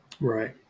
Right